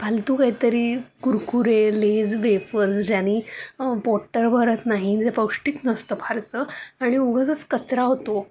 फालतू कायतरी Kurkure Lay's wafers ज्याने पोट तर भरत नाही जे पौष्टिक नसतं फारसं आणि उगाचच कचरा होतो